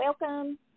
welcome